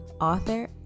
author